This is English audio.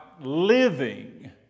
living